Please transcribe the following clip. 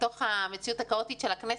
בתוך המציאות הכאוטית של הכנסת,